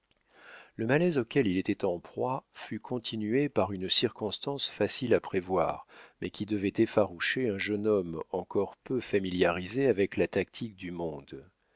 le malaise auquel il était en proie fut continué par une circonstance facile à prévoir mais qui devait effaroucher un jeune homme encore peu familiarisé avec la tactique du monde